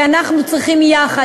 כי אנחנו צריכים יחד,